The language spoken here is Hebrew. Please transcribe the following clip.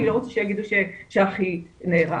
אני לא רוצה שיגידו שאחי נהרג'.